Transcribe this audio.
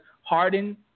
Harden